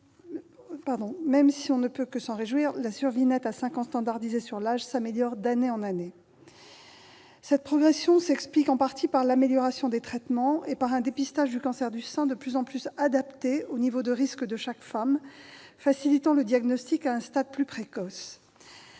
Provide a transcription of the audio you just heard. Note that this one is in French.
même si- on ne peut que s'en réjouir -la survie nette à cinq ans standardisée sur l'âge s'améliore d'année en année. Cette progression s'explique en partie par l'amélioration des traitements et par un dépistage du cancer du sein de plus en plus adapté au niveau de risque de chaque femme, facilitant le diagnostic à un stade plus précoce.